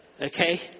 okay